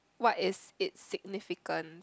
what is it's significance